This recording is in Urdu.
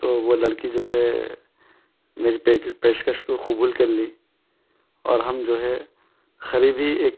تو وہ لڑکی جو ہے میری پیک پیشکش کو قبول کر لی اور ہم جو ہے قریبی ایک